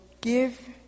give